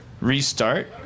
Restart